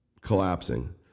collapsing